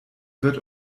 wird